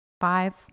five